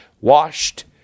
washed